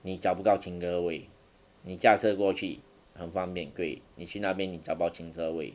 你找不到停车位你驾车过去很方便对你去那边你找不到停车位